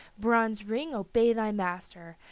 bronze ring, obey thy master.